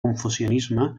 confucianisme